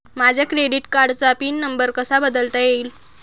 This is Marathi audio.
माझ्या क्रेडिट कार्डचा पिन नंबर कसा बदलता येईल?